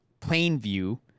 Plainview